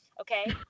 Okay